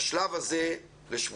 בשלב הזה לשבועיים.